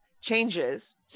changes